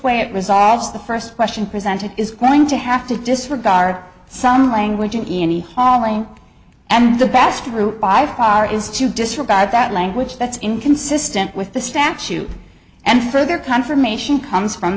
way it resolves the first question presented is going to have to disregard some language in the hauling and the best route by far is to disregard that language that's inconsistent with the statute and further confirmation comes from